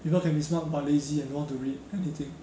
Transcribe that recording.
you know can be smart but lazy ah don't want to read anything